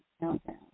countdown